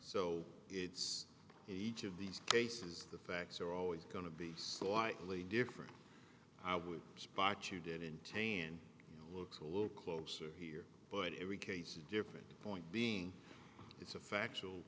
so each of these cases the facts are always going to be slightly different i would spot you did in tain looks a little closer here but every case is a different point being it's a factual